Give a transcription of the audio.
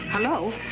Hello